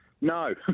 No